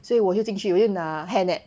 所以我就进去我就拿 hairnet